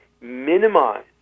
minimize